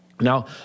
Now